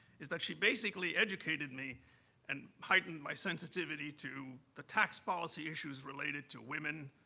is that she basically educated me and heightened my sensitivity to the tax policy issues related to women,